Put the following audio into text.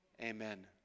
Amen